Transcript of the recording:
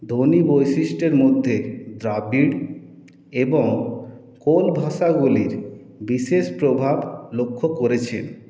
ধ্বনি বৈশিষ্ট্যের মধ্যে দ্রাবিড় এবং কোন ভাষাগুলির বিশেষ প্রভাব লক্ষ্য করেছেন